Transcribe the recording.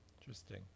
interesting